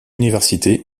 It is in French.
université